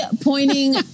pointing